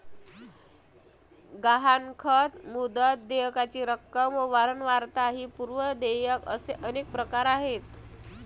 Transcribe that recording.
गहाणखत, मुदत, देयकाची रक्कम व वारंवारता व पूर्व देयक असे अनेक प्रकार आहेत